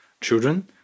children